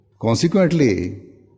Consequently